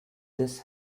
this